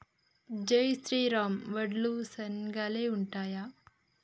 జై శ్రీరామ్ వడ్లు సన్నగనె ఉంటయా?